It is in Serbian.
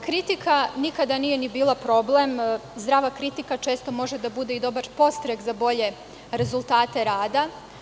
Kritika nikada nije ni bila problem, zdrava kritika često može da bude dobar podstrek za bolje rezultate rada.